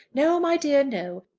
no, my dear no.